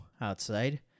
outside